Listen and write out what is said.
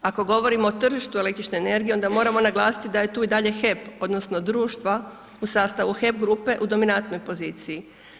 Ako govorimo o tržištu električne energije onda moramo naglasiti da je tu i dalje HEP, odnosno društva u sastavu HEP grupe u dominatnoj poziciji.